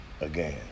again